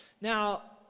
Now